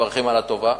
מברכים על הטובה.